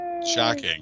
shocking